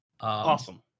awesome